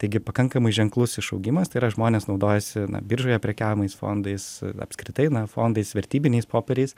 taigi pakankamai ženklus išaugimas tai yra žmonės naudojasi na biržoje prekiaujamais fondais apskritai na fondais vertybiniais popieriais